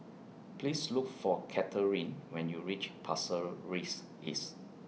Please Look For Kathryne when YOU REACH Pasir Ris East